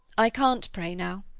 i can't pray now.